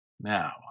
Now